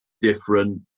different